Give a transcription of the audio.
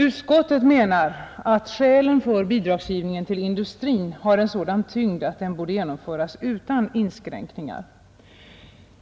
Utskottet menar vidare att skälen för bidragsgivningen till industrin har sådan tyngd att den borde genomföras utan inskränkningar.